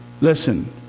Listen